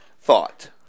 thought